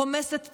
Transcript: רומסת ציונות,